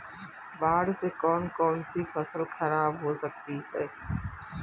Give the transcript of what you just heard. बाढ़ से कौन कौन सी फसल खराब हो जाती है?